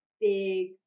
Big